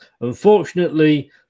Unfortunately